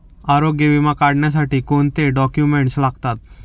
आरोग्य विमा काढण्यासाठी कोणते डॉक्युमेंट्स लागतात?